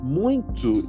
muito